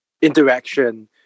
interaction